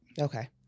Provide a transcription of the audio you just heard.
Okay